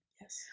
yes